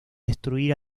destruir